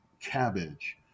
cabbage